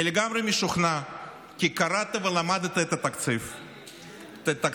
אני לגמרי משוכנע כי קראת ולמדת את תקציב המלחמה.